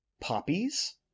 poppies